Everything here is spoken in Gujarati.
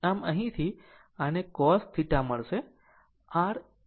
આમ અહીંથી આને cos theta મળશે r આ એક